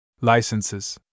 Licenses